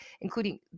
including